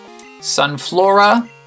Sunflora